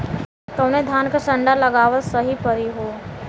कवने धान क संन्डा लगावल सही परी हो?